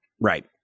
right